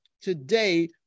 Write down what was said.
today